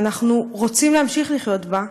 שאנחנו רוצים להמשיך לחיות בה,